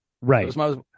right